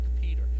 Peter